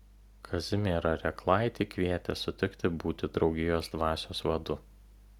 kazimierą rėklaitį kvietė sutikti būti draugijos dvasios vadu